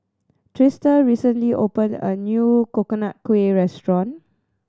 Trista recently opened a new Coconut Kuih restaurant